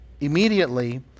immediately